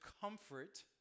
comfort